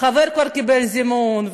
החבר כבר קיבל זימון,